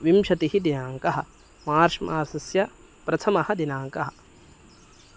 विंशतिः दिनाङ्कः मार्च् मासस्य प्रथमः दिनाङ्कः